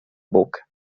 boca